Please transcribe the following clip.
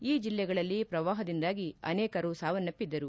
ಈ ಜಿಲ್ಲೆಗಳಲ್ಲಿ ಪ್ರವಾಹದಿಂದಾಗಿ ಅನೇಕರು ಸಾವನ್ನಪ್ಪಿದ್ದರು